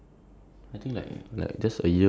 ya so like I